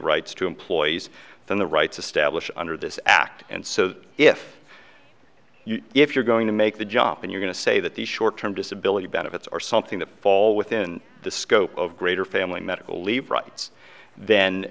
rights to employees than the rights of stablish under this act and so if if you're going to make the jump and you're going to say that the short term disability benefits are something that fall within the scope of greater family medical leave rights then